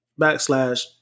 backslash